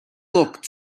looked